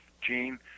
Gene